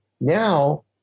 now